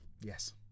yes